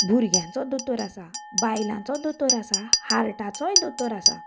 भुरग्यांचो दोतोर आसा बायलांचो दोतोर आसा हार्टाचोय दोतोर आसा